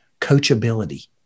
Coachability